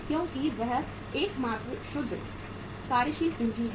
क्योंकि वह एकमात्र शुद्ध कार्यशील पूंजी है